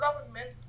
government